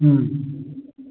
ꯎꯝ